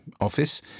office